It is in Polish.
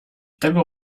tego